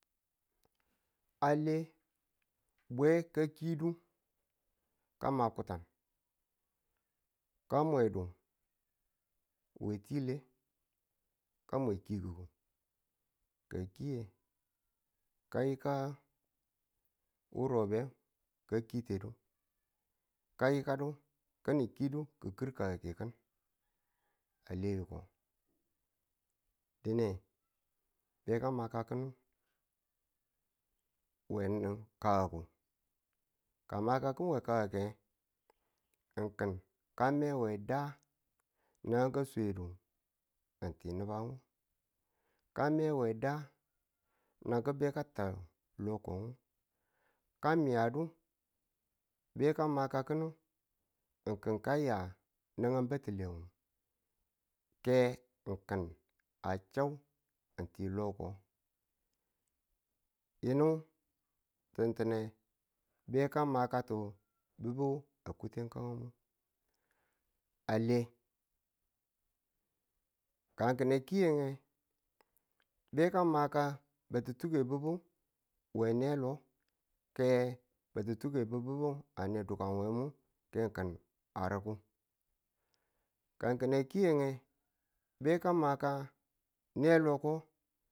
a le bwe ka kidu ka ma kutan ka mwedu we tile ka mwe kiki̱ku ka a ki nge ka yika wurobe ka kite du ka yika tu kani̱n kidu ki̱ kir kakukin dine be ka makakịn we nagang kaku. ka a makaḳi̱n we kake ng ki̱n ka me we da yinang ka swedu ng ti nubuang, ka me we da naki̱n be ka ta loko nge, ka miyadu beka makaki̱n ng kịn ka ya nagnag batile nge ke ka chadu ng ti loko ngu. yinu ti̱ntine be ka makatu bi̱bu a kutekangu a le. ka ki̱n a kiye nge beka maka batuttuke bubu we ne lo ke batttutuke bbubu a ne dukan ngu ke ki̱n a rukong, ka ki̱n a kiye be ka maka ne lo ko